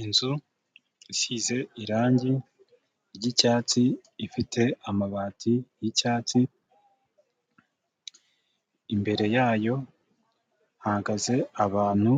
Inzu isize irangi ry'icyatsi, ifite amabati y'icyatsi, imbere yayo hanagaze abantu,